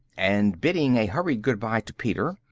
and bidding a hurried good-bye to peter,